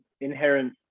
inherent